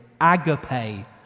agape